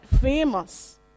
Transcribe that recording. famous